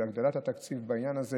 הגדלת התקציב בעניין הזה